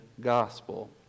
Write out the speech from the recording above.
gospel